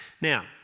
Now